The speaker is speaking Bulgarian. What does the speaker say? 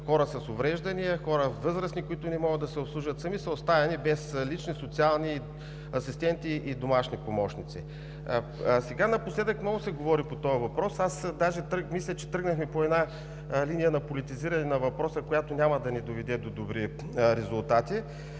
хора с увреждания, възрастни, които не могат да се обслужват сами, са оставени без лични, социални асистенти и домашни помощници. Напоследък много се говори по този въпрос. Аз дори мисля, че тръгнахме по една линия на политизиране на въпроса, която няма да ни доведе до добри резултати,